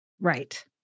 Right